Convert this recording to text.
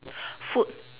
food